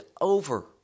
over